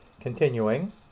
Continuing